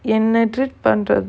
என்ன:enna treat பண்றது:pandrathu